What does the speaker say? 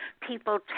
people